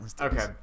Okay